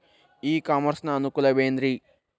E commerce ನ ಅನುಕೂಲವೇನ್ರೇ?